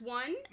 one